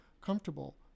comfortable